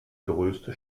größte